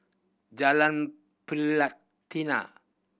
Jalan Pelatina